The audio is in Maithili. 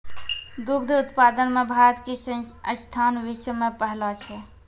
दुग्ध उत्पादन मॅ भारत के स्थान विश्व मॅ पहलो छै